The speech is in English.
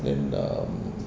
then um